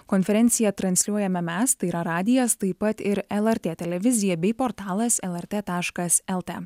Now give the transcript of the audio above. konferencija transliuojame mes tai yra radijas taip pat ir lrt televizija bei portalas lrt taškas lt